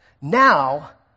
now